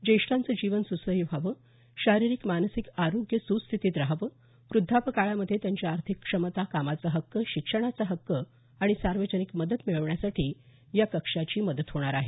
ज्येष्ठांचं जीवन सुसह्य व्हावं शारीरिक मानसिक आरोग्य सुस्थितीत रहावं वृद्धापकाळामध्ये त्यांच्या आर्थिक क्षमता कामाचा हक्क शिक्षणाचा हक्क आणि सार्वजनिक मदत मिळविण्यासाठी या कक्षाची मदत होणार आहे